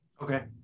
Okay